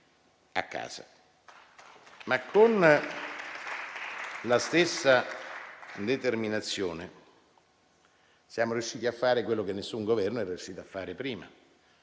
Con la stessa determinazione siamo riusciti a fare quello che nessun Governo era riuscito a fare prima: